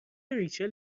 ریچل